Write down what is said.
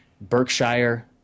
berkshire